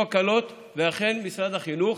ואכן משרד החינוך,